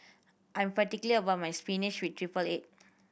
I'm particular about my spinach with triple egg